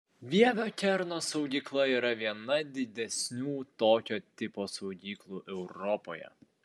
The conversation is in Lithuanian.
vievio kerno saugykla yra viena didesnių tokio tipo saugyklų europoje